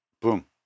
boom